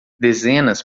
dezenas